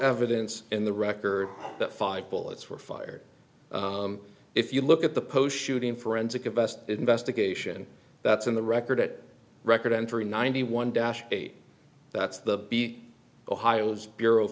evidence in the record that five bullets were fired if you look at the post shooting forensic a best investigation that's in the record at record entry ninety one dash eight that's the be ohio's bureau